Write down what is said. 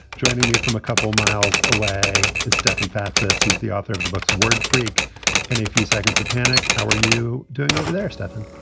joining me from a couple miles away is stefan fatsis. he's the author of the books word freak and a few seconds of panic. how are you doing over there, stefan?